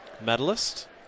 medalist